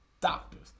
doctors